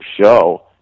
show